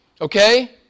Okay